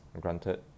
granted